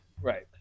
Right